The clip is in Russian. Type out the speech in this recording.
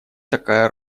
такая